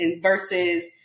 versus